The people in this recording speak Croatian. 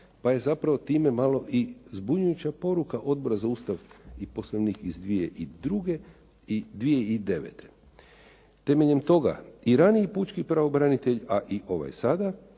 Pa je zapravo time malo i zbunjujuća poruka Odbora za Ustav i Poslovnik iz 2002., i 2009. Temeljem toga i raniji Pučki pravobranitelj, a i ovaj sada